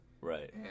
Right